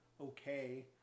okay